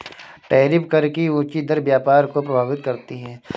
tariff कर की ऊँची दर व्यापार को प्रभावित करती है